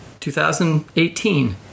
2018